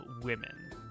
women